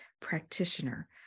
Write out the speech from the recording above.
practitioner